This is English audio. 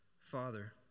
Father